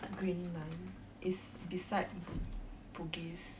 green line is beside bu~ bugis